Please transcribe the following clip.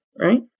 Right